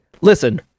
listen